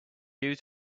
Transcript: due